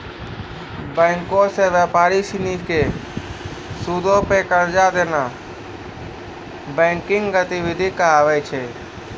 बैंको से व्यापारी सिनी के सूदो पे कर्जा देनाय बैंकिंग गतिविधि कहाबै छै